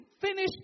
finish